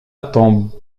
ton